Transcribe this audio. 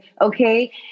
okay